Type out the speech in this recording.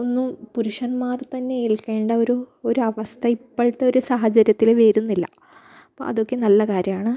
ഒന്നും പുരുഷന്മാർ തന്നെ ഏൽക്കേണ്ട ഒരു ഒരവസ്ഥ ഇപ്പോഴത്തെ ഒരു സാഹചര്യത്തിൽ വരുന്നില്ല അപ്പോൾ അതൊക്കെ നല്ല കാര്യമാണ്